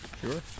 Sure